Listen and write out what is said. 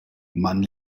man